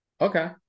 Okay